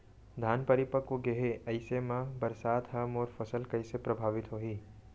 धान परिपक्व गेहे ऐसे म बरसात ह मोर फसल कइसे प्रभावित होही?